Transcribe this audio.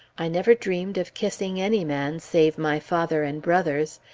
i never dreamed of kissing any man save my father and brothers.